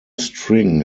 string